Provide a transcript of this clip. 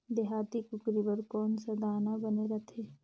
देहाती कुकरी बर कौन सा दाना बने रथे?